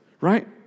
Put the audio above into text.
right